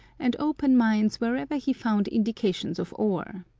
and open mines wherever he found indications of ore.